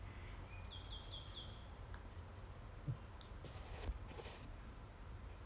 hor 那天 recurrent 不你有没你有没跟个 Japanese crew 叫 Sao~ Saoko ah